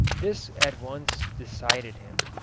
this at once decided him.